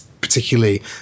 particularly